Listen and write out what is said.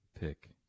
pick